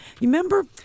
Remember